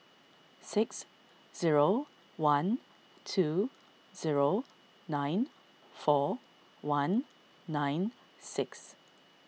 six zero one two zero nine four one nine six